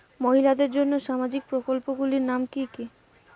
মহিলাদের জন্য সামাজিক প্রকল্প গুলির নাম কি কি?